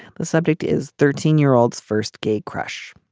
the subject is thirteen year olds first gay crush.